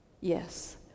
yes